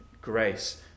grace